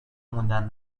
موندن